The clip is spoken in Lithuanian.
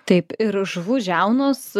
taip ir žuvų žiaunos